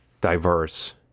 diverse